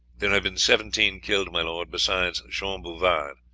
there have been seventeen killed, my lord, besides jean bouvard,